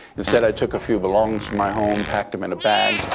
instead, i took a few belongings from my home, packed them in a bag,